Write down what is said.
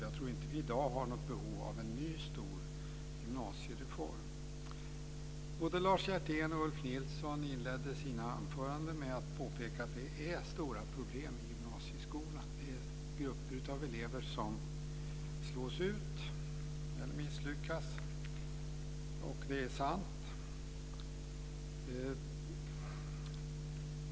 Jag tror inte att vi i dag har något behov av en ny stor gymnasiereform. Både Lars Hjertén och Ulf Nilsson inledde sina anföranden med att påpeka att det är stora problem i gymnasieskolan. Grupper av elever slås ut eller misslyckas. Det är sant.